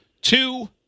two